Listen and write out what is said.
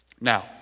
Now